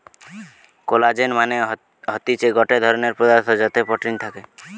collagen মানে হতিছে গটে ধরণের পদার্থ যাতে প্রোটিন থাকে